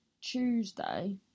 Tuesday